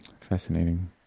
Fascinating